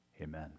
amen